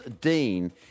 Dean